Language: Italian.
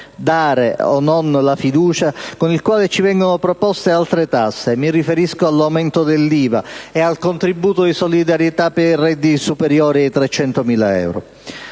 il voto di fiducia - con il quale ci vengono proposte altre tasse (mi riferisco all'aumento dell'IVA e al contributo di solidarietà per i redditi superiori ai 300.000 euro).